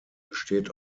besteht